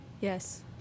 Yes